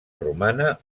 romana